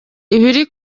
ibiri